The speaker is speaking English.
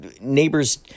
neighbors